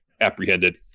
apprehended